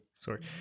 sorry